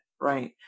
Right